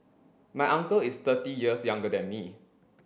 my uncle is thirty years younger than me